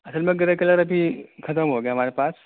اصل میں grey colour ابھی ختم ہو گیا ہمارے پاس